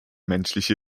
menschliche